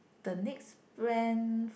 the next plan